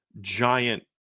giant